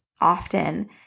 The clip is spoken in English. often